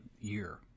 year